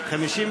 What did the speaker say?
נתקבלה.